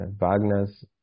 Wagner's